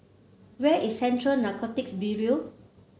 where is Central Narcotics Bureau